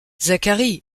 zacharie